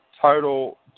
total